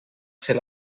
ser